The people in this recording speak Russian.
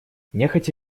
нехотя